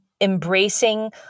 embracing